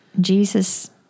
Jesus